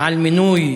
למינוי